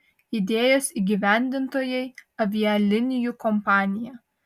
idėjos įgyvendintojai avialinijų kompanija